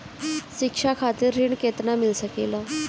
शिक्षा खातिर ऋण केतना मिल सकेला?